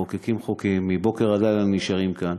מחוקקים חוקים, מבוקר עד לילה נשארים כאן,